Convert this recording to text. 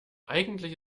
eigentlich